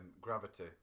Gravity